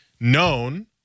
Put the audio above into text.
known